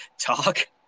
talk